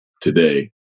today